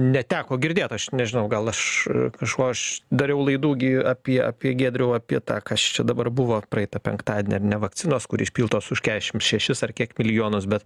neteko girdėt aš nežinau gal aš kažko aš dariau laidų gi apie apie giedrių apie tą kas čia dabar buvo praeitą penktadienį ar ne vakcinos kur išpiltos už kiašim šešis ar kiek milijonus bet